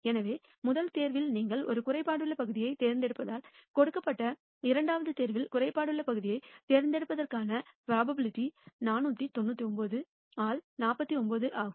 எனவே முதல் தேர்வில் நீங்கள் ஒரு குறைபாடுள்ள பகுதியைத் தேர்ந்தெடுத்தால் கொடுக்கப்பட்ட இரண்டாவது தேர்வில் குறைபாடுள்ள பகுதியைத் தேர்ந்தெடுப்பதற்கான ப்ரோபபிலிட்டி 499 ஆல் 49 ஆகும்